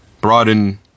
Broaden